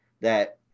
that-